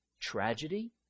tragedy